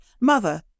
Mother